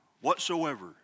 whatsoever